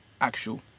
actual